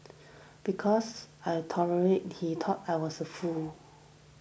because I tolerated he thought I was fool